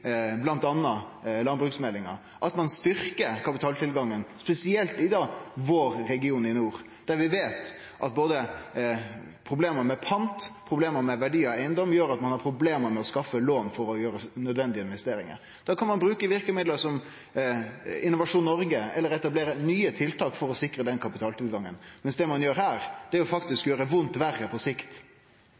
bl.a. landbruksmeldinga – at ein styrkjer kapitaltilgangen, spesielt i regionen i nord. Der veit vi at problem med både pant og verdi av eigedom gjer at ein har problem med å skaffe lån for å gjere nødvendige investeringar. Da kan ein bruke verkemiddel som Innovasjon Noreg eller etablere nye tiltak for å sikre den kapitaltilgangen, mens det ein gjer her, er å gjere vondt verre på sikt.